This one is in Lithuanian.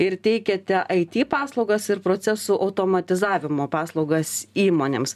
ir teikiate aity paslaugas ir procesų automatizavimo paslaugas įmonėms